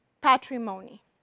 patrimony